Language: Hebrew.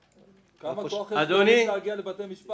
כמה כוח יש להורים להגיע לבתי משפט?